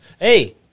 Hey